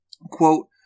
quote